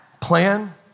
Plan